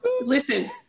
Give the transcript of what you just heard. Listen